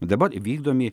dabar vykdomi